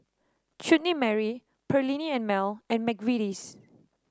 Chutney Mary Perllini and Mel and McVitie's